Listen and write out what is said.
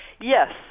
Yes